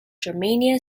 germania